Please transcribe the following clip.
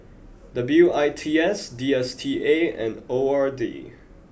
W I T S D S T A and O R D